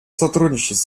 сотрудничать